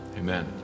Amen